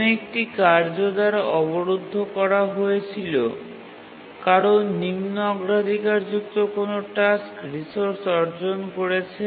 কোন একটি কার্য দ্বারা অবরুদ্ধ করা হয়েছিল কারণ নিম্ন অগ্রাধিকারযুক্ত কোনও টাস্ক রিসোর্স অর্জন করেছে